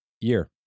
year